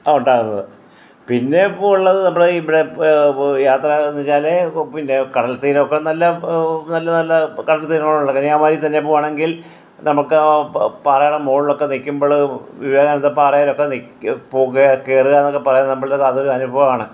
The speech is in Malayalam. ഉണ്ടാകുന്നത് പിന്നെ ഇപ്പോൾ ഉള്ളത് നമ്മുടെ ഇവിടെ യാത്ര പറഞ്ഞാല് പിന്നെ കടൽത്തീരമൊക്കെ നല്ല നല്ല നല്ല കടൽത്തീരങ്ങളാണ് ഉള്ളത് കന്യാകുമാരിതന്നെ പോകുവാണെങ്കിൽ നമുക്ക് പാറയുടെ മുകളിലൊക്കെ നിൽക്കുമ്പോൾ വിവേകാനന്ദ പാറയിലൊക്കെ നിൽക്കുക കയറുക എന്നതൊക്കെ നമ്മൾക്ക് അതൊരു അനുഭവാണ്